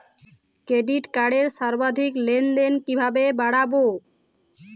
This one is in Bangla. ক্রেডিট কার্ডের সর্বাধিক লেনদেন কিভাবে বাড়াবো?